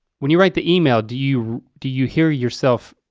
when you write the email, do you do you hear yourself?